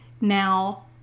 Now